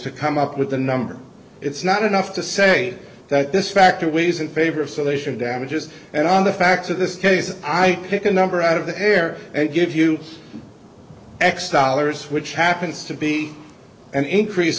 to come up with a number it's not enough to say that this factor weighs in favor of salacious damages and on the facts of this case i pick a number out of the air and give you x dollars which happens to be an increase